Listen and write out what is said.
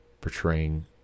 portraying